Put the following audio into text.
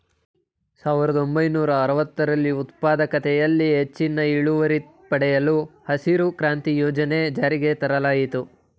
ಸಾವಿರದ ಒಂಬೈನೂರ ಅರವತ್ತರಲ್ಲಿ ಉತ್ಪಾದಕತೆಯಲ್ಲಿ ಹೆಚ್ಚಿನ ಇಳುವರಿ ಪಡೆಯಲು ಹಸಿರು ಕ್ರಾಂತಿ ಯೋಜನೆ ಜಾರಿಗೆ ತರಲಾಯಿತು